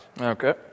Okay